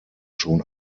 schon